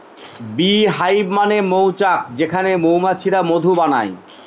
bee hive মানে মৌচাক যেখানে মৌমাছিরা মধু বানায়